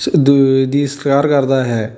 ਦੀ ਸਤਿਕਾਰ ਕਰਦਾ ਹੈ